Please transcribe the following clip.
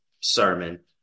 sermon